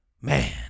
Man